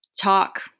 talk